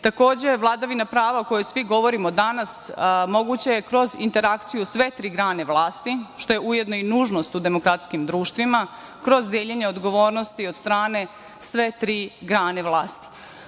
Takođe, vladavina prava o kojoj svi govorimo danas, moguća je kroz interakciju sve tri grane vlasti, što je ujedno i nužnost u demokratskim društvima, kroz deljenje odgovornosti od strane sve tri grane vlasti.